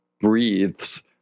breathes